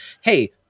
hey